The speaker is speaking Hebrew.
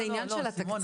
אז זה עניין של התקציב?